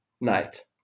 night